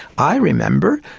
i remember,